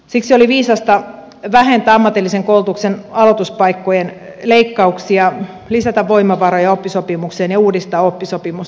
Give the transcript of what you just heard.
siksi oli viisasta vähentää ammatillisen koulutuksen aloituspaikkojen leikkauksia lisätä voimavaroja oppisopimukseen ja uudistaa oppisopimusta